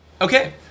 Okay